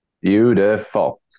Beautiful